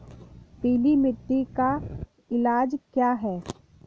पीली मिट्टी का इलाज क्या है?